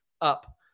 up